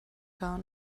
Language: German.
gar